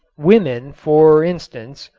women, for instance,